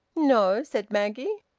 no, said maggie.